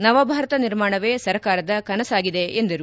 ನವಭಾರತ ನಿರ್ಮಾಣವೇ ಸರ್ಕಾರದ ಕನಸಾಗಿದೆ ಎಂದರು